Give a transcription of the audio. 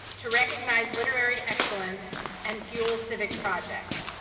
to recognize literary excellence and fuel civic projects.